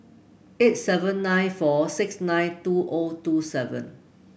eight seven nine four six nine two O two seven